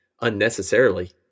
unnecessarily